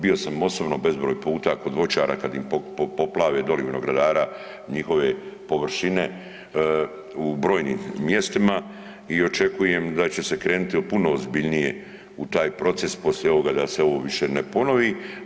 Bio sam osobno bezbroj puta kod voćara kad im poplave, doli vinogradara, njihove površine u brojnim mjestima i očekujem da će se krenuti puno ozbiljnije u taj proces poslije ovoga da se ovo više ne ponovi.